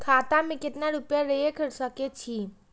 खाता में केतना रूपया रैख सके छी?